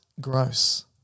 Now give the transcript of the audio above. gross